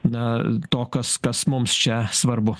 na to kas kas mums čia svarbu